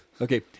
Okay